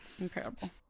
Incredible